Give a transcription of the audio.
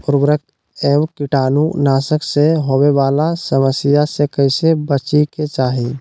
उर्वरक एवं कीटाणु नाशक से होवे वाला समस्या से कैसै बची के चाहि?